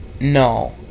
No